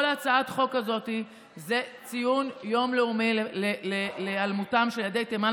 כל הצעת החוק היא לציון יום לאומי להיעלמותם של ילדי תימן,